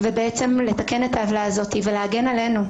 בעצם לתקן את העוולה הזאת ולהגן עלינו,